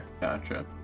gotcha